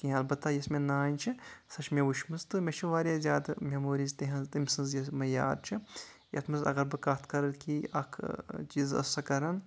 کیٚنٛہہ اَلبتہ یۄس مےٚ نانۍ چھےٚ سۄ چھےٚ مےٚ وٕچھمژٕ تہٕ مےٚ چھےٚ واریاہ زیادٕ میموریز تِہنٛز تٔمۍ سٕنٛز یُس مےٚ یاد چھِ یَتھ منٛز اَگر بہٕ کَتھ کَرٕ کہِ اکھ چیٖز ٲس سۄ کَران